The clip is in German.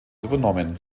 übernommen